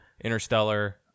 Interstellar